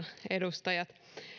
edustajat